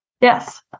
Yes